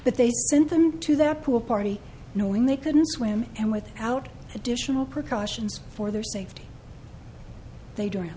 that they sent them to that pool party knowing they couldn't swim and without additional precautions for their safety they d